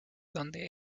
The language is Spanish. donde